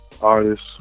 artist